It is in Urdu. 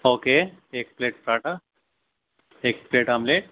او کے ایک پلیٹ پراٹھا ایک پلیٹ آملیٹ